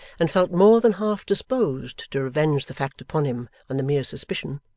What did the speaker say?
and felt more than half disposed to revenge the fact upon him on the mere suspicion,